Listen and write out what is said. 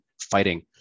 fighting